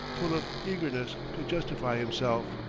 full of eagerness to justify himself.